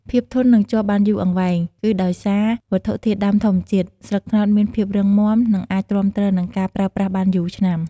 ភាពធន់ និងជាប់បានយូរអង្វែង គឺដោយសារវត្ថុធាតុដើមធម្មជាតិ ស្លឹកត្នោតមានភាពរឹងមាំ និងអាចទ្រាំទ្រនឹងការប្រើប្រាស់បានយូរឆ្នាំ។